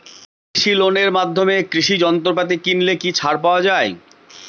কৃষি লোনের মাধ্যমে কৃষি যন্ত্রপাতি কিনলে কি ছাড় পাওয়া যায়?